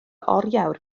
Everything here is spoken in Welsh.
oriawr